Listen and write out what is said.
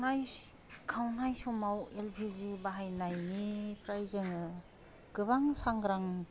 संनाय खावनाय समाव एल पि जि बाहायनायनिफ्राय जोङो गोबां सांग्रां